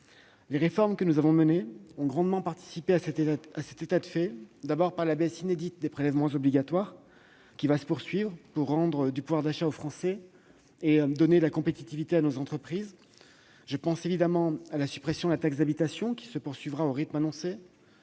Les réformes que nous avons menées ont grandement participé à cet état de fait, d'abord par la baisse inédite des prélèvements obligatoires, qui va se poursuivre, pour redonner du pouvoir d'achat aux Français et de la compétitivité à nos entreprises. J'ai ainsi à l'esprit la suppression de la taxe d'habitation, qui se poursuivra au rythme annoncé,